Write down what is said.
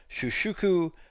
Shushuku